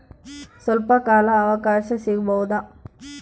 ಸ್ವಲ್ಪ ಕಾಲ ಅವಕಾಶ ಸಿಗಬಹುದಾ?